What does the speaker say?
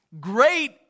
great